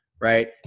right